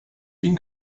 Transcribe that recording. ihn